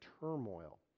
turmoil